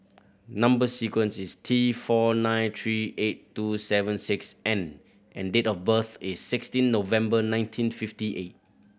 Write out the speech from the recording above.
number sequence is T four nine three eight two seven six N and date of birth is sixteen November nineteen fifty eight